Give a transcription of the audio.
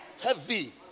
Heavy